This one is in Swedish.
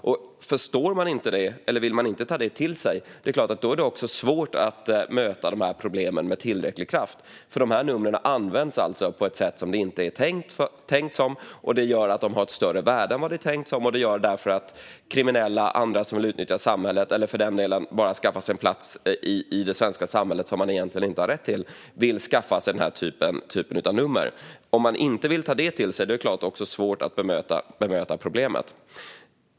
Om man inte förstår det eller vill ta det till sig är det såklart svårt att möta problemen med tillräcklig kraft. Numren används alltså på ett annat sätt än det är tänkt, vilket gör att de har ett större värde än det är tänkt. Det i sin tur gör att kriminella och andra som vill utnyttja samhället, eller bara skaffa sig en plats i det svenska samhället som de egentligen inte har rätt till, vill skaffa sig den typen av nummer. Om man inte vill ta det till sig är det såklart svårt att bemöta problemet.